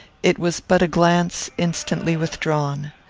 it was but a glance, instantly withdrawn.